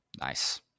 Nice